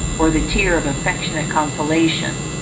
or the tear of affectionate consolation,